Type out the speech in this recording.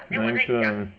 哪一个